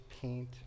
paint